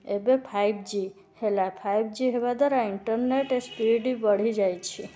ଏବେ ଫାଇପଜି ହେଲା ଫାଇପଜି ହେବା ଦ୍ଵାରା ଇଣ୍ଟରନେଟ୍ ସ୍ପିଡ଼ ବଢ଼ିଯାଇଛି